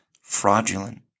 Fraudulent